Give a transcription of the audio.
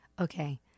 Okay